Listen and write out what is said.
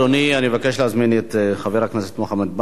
אני מבקש להזמין את חבר הכנסת מוחמד ברכה,